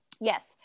yes